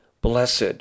blessed